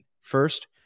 first